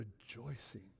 rejoicing